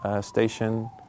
station